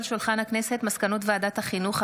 מסקנות ועדת החינוך,